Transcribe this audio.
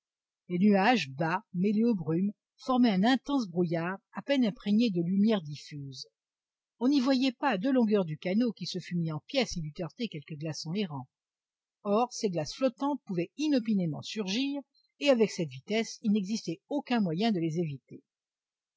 les nuages bas mêlés aux brumes formaient un intense brouillard à peine imprégné de lumière diffuse on n'y voyait pas à deux longueurs du canot qui se fût mis en pièces s'il eût heurté quelque glaçon errant or ces glaces flottantes pouvaient inopinément surgir et avec cette vitesse il n'existait aucun moyen de les éviter